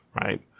Right